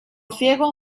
ciego